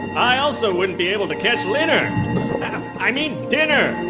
i also wouldn't be able to catch linner i mean dinner.